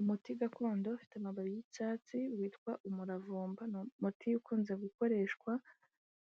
Umuti gakondo ufite amababi y'icyatsi witwa umuravumba, ni umuti ukunze gukoreshwa